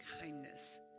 kindness